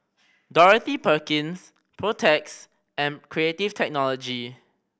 Dorothy Perkins Protex and Creative Technology